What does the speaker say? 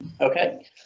Okay